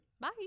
Bye